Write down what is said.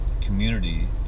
Community